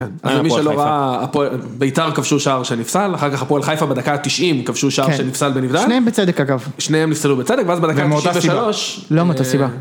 למי שלא ראה, בית"ר כבשו שער שנפסל, ואחר כך הפועל חיפה בדקה 90 כבשו שער שנפסל בנבדל, שניהם בצדק אגב. שניהם נפסלו בצדק ואז בדקה 93, ומאותה סיבה. לא מאותה סיבה.